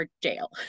jail